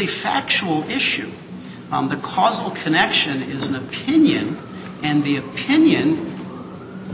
a factual issue the causal connection is an opinion and the opinion